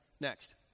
next